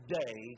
day